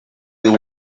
you